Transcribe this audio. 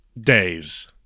days